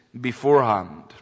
beforehand